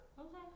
Okay